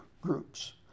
groups